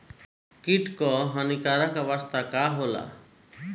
कीट क हानिकारक अवस्था का होला?